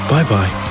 Bye-bye